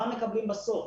מה מקבלים בסוף?